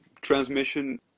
transmission